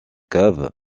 cave